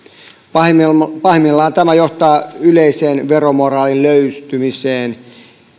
pahimmillaan pahimmillaan tämä johtaa yleiseen veromoraalin löystymiseen